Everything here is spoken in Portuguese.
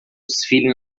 desfile